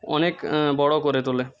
অনেক বড়ো করে তোলে